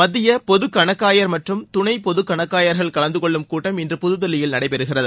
மத்திய பொது கணக்காயர் மற்றும் துணை பொது கணக்காயர்கள் கலந்து கொள்ளும் கூட்டம் இன்று புதுதில்லியில் நடைபெறுகிறது